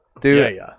Dude